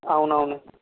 అవునవును